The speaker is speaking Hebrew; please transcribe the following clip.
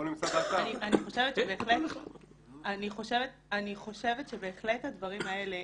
אני חושבת שבהחלט הדברים האלה